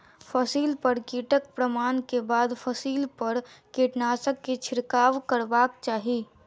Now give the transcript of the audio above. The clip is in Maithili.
फसिल पर कीटक प्रमाण के बाद फसिल पर कीटनाशक के छिड़काव करबाक चाही